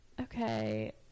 Okay